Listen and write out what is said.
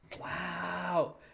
wow